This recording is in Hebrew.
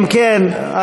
אם כן,